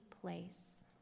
place